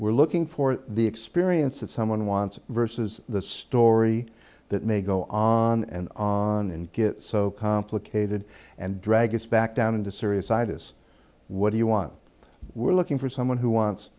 we're looking for the experience of someone wants versus the story that may go on and on and get so complicated and drag it back down into serious itis what do you want we're looking for someone who wants